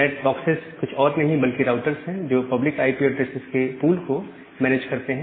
NAT boxes कुछ और नहीं बल्कि राउटर्स हैं जो पब्लिक आईपी ऐड्रेसेस के पूल को मैनेज करते हैं